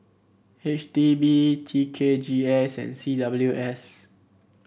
H D B T K G S and C W S